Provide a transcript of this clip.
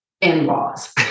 in-laws